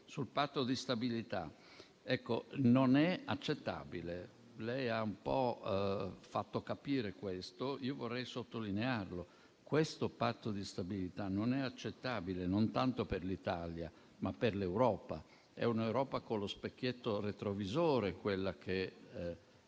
Sul Patto di stabilità, esso non è accettabile. Lei l'ha un po' fatto capire, ma vorrei sottolinearlo: questo Patto di stabilità non è accettabile, non tanto per l'Italia, ma per l'Europa. È un'Europa con lo specchietto retrovisore quella che